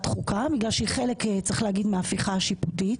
החוקה בגלל שהיא חלק מהפיכה שיפוטית,